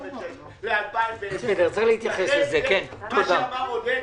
לכן כמו שאמר עודד,